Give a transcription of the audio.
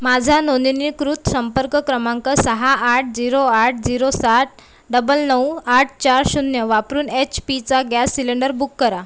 माझा नोंदणीकृत संपर्क क्रमांक सहा आठ झिरो आठ झिरो सात डबल नऊ आठ चार शून्य वापरून एच पीचा गॅस सिलेंडर बुक करा